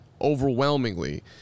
overwhelmingly